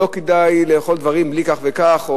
לא כדאי לאכול דברים בלי כך וכך,